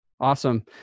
Awesome